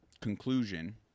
conclusion